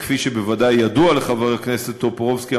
כפי שוודאי ידוע לחבר הכנסת טופורובסקי,